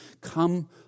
come